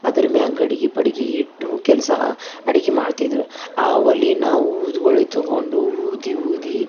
ಅದ್ರ ಮ್ಯಾಗ ಗಡಿಗೆ ಪಡಿಗಿ ಇಟ್ಟು ಕೆಲಸ ಅಡುಗೆ ಮಾಡ್ತಿದ್ರೆ ಆ ಒಲೆನ ಊದ್ಗೊಳವೆ ತಗೊಂಡು ಊದಿ ಊದಿ